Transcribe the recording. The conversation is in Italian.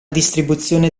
distribuzione